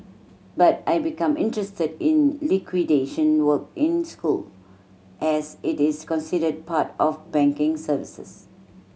but I become interested in liquidation work in school as it is considered part of banking services